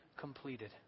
completed